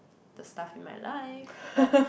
the stuff in my life but